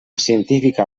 científica